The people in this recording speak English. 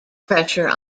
pressure